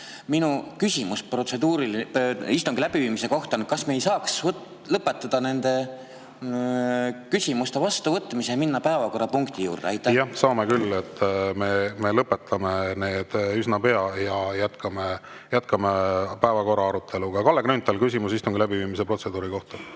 Minu protseduuriline küsimus istungi läbiviimise kohta on see: kas me ei saaks lõpetada nende küsimuste vastuvõtmise ja minna päevakorrapunkti juurde? Jah, saame küll, me lõpetame üsna pea ja jätkame päevakorra aruteluga. Kalle Grünthal, küsimus istungi läbiviimise protseduuri kohta.